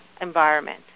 environment